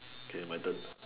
okay my turn